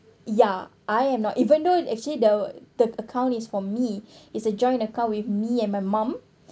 ya I am not even though actually the the account is for me is a joint account with me and my mum